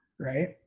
right